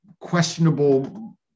questionable